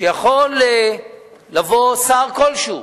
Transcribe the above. שיכול לבוא שר כלשהו,